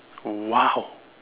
!wow!